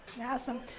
Awesome